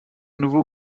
nouveau